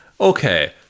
okay